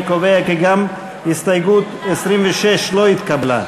אני קובע כי גם הסתייגות 26 לא התקבלה.